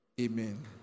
Amen